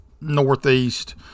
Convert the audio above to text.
northeast